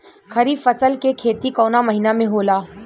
खरीफ फसल के खेती कवना महीना में होला?